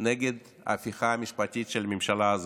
נגד ההפיכה המשפטית של הממשלה הזאת.